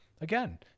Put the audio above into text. Again